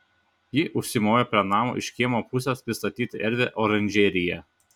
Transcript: ji užsimojo prie namo iš kiemo pusės pristatyti erdvią oranžeriją